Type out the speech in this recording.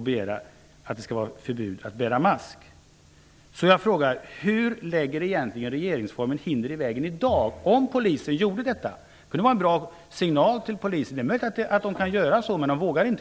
begära förbud mot att bära mask. Hur lägger regeringsformen egentligen hinder i vägen i dag, om polisen skulle förbjuda mask? Besked här skulle vara en bra signal till polisen. Det är möjligt att göra det, men man vågar inte.